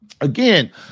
Again